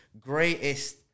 greatest